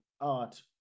art